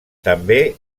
també